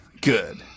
Good